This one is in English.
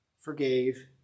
forgave